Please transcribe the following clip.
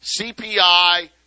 CPI